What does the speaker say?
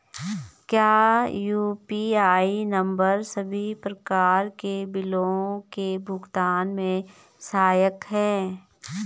क्या UPI number सभी प्रकार के बिलों के भुगतान में सहायक हैं?